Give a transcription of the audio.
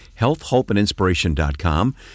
healthhopeandinspiration.com